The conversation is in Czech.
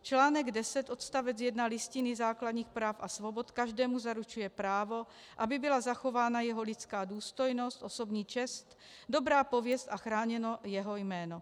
Článek 10 odst. 1 Listiny základních práv a svobod každému zaručuje právo, aby byla zachována jeho lidská důstojnost, osobní čest, dobrá pověst a chráněno jeho jméno.